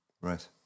Right